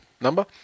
number